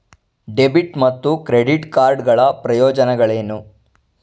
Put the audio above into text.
Debit ಮತ್ತು credit card ಗಳ ಪ್ರಯೋಜನಗಳೇನು?